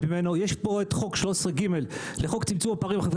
ממנו סעיף 13ג לחוק צמצום הפערים,